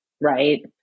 Right